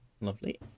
Lovely